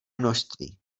množství